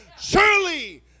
surely